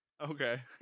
okay